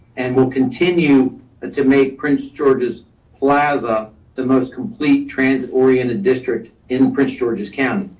and will continue to make prince george's plaza the most complete trans oriented district in prince george's county.